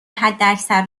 حداکثر